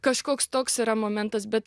kažkoks toks yra momentas bet